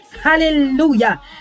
Hallelujah